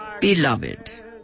beloved